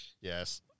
Yes